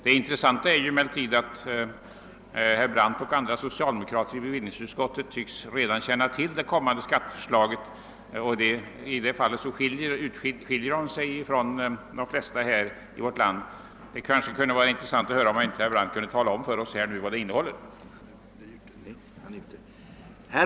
Det intressanta är emellertid att herr Brandt och andra socialdemokrater i bevillningsutskottet redan tycks känna till skatteförslaget, och i det fallet skiljer de sig från de flesta andra medborgare i vårt land. Det skulle emellertid vara värdefullt om herr Brandt ville tala om för oss vad förslaget innehåller.